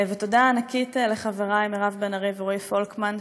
ותודה ענקית לחבריי מירב בן ארי ורועי פולקמן,